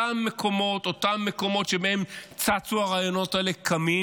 אותם מקומות שבהם צצו הרעיונות האלה קמים,